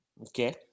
okay